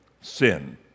sin